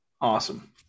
awesome